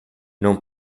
non